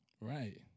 Right